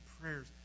prayers